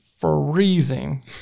freezing